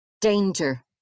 danger